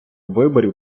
виборів